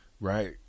Right